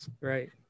Right